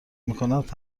میکند